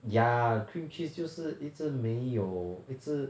ya cream cheese 就是一直没有一直